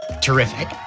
Terrific